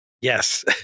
Yes